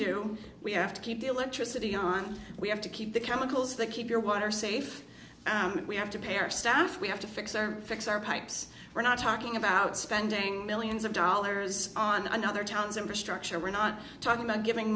due we have to keep the electricity on we have to keep the chemicals that keep your water safe and we have to pay our staff we have to fix our fix our pipes we're not talking about spending millions of dollars on another town's infrastructure we're not talking about giving